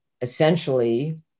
essentially